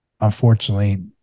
unfortunately